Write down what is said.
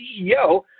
CEO